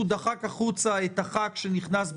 דחק החוצה את חבר הכנסת שנכנס בנעליו,